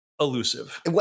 Elusive